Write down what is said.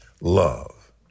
love